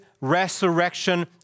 resurrection